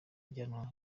ajyanwa